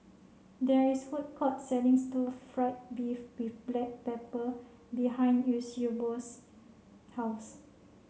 there is a food court selling stir fried beef with black pepper behind Eusebio's house